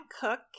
Cook